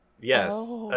Yes